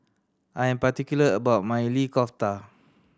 I am particular about my Maili Kofta